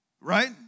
Right